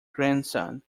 grandson